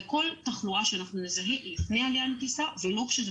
כל תחלואה שאנחנו נזהה היא לפני העלייה לטיסה ולא כשזה